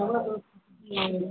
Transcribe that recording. हूँ